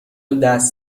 دست